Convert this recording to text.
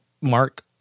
Mark